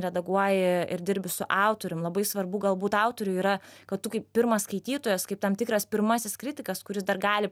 redaguoji ir dirbi su autorium labai svarbu galbūt autoriui yra kad tu kaip pirmas skaitytojas kaip tam tikras pirmasis kritikas kuris dar gali